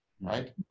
right